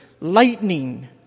lightning